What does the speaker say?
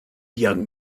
young